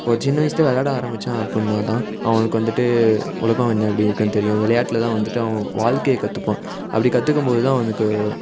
இப்போது சின்ன வயசில் விளாட ஆரமித்தான் அப்புடின்னாதான் அவனுக்கு வந்துட்டு உலகம் என்ன எப்படி இருக்குதுன்னு தெரியும் விளையாட்ல வந்துட்டு அவன் வாழ்க்கையை கற்றுப்பான் அப்படி கற்றுக்கும்போதுதான் அவனுக்கு